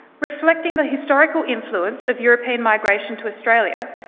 reflecting the historical influence of european migration to australia,